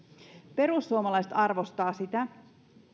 perussuomalaiset arvostavat sitä